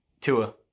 Tua